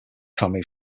family